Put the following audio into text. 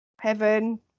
heaven